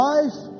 Life